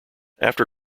after